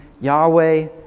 Yahweh